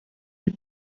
die